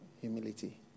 humility